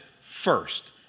first